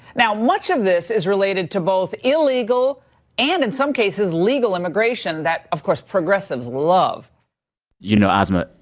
now, much of this is related to both illegal and, in some cases, legal immigration that, of course, progressives love you know, asma,